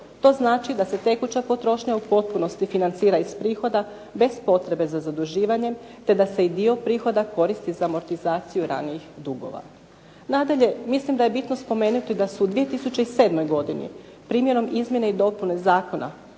To znači da se tekuća potrošnja u potpunosti financira iz prihoda bez potrebe za zaduživanjem, te da se i dio prihoda koristi za amortizaciju ranijih dugova. Nadalje, mislim da je bitno spomenuti da su u 2007. godini primjenom izmjene i dopune Zakona